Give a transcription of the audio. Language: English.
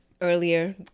Earlier